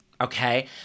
okay